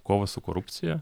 kovą su korupcija